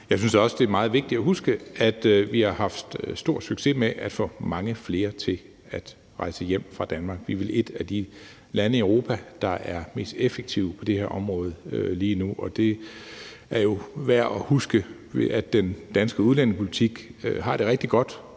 Jeg synes også, det er meget vigtigt at huske, at vi har haft stor succes med at få mange flere til at rejse hjem fra Danmark. Vi er vel et af de lande i Europa, der er mest effektive på det her område lige nu, og det er jo værd at huske, at den danske udlændingepolitik har det rigtig godt